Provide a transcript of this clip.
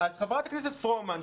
חברת הכנסת פרומן,